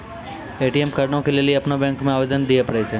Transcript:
ATM कार्डो के लेली अपनो बैंको मे आवेदन दिये पड़ै छै